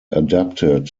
adapted